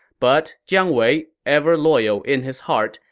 but jiang wei, ever loyal in his heart,